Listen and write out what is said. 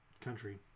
country